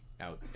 out